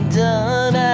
done